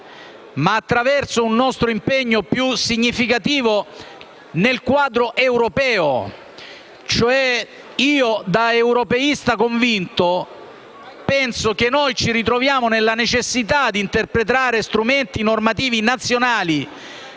ma con un nostro impegno più significativo nel quadro europeo. Da europeista convinto, penso che ci ritroviamo nella necessità di interpretare strumenti normativi nazionali